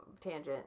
tangent